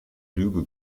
lüge